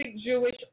Jewish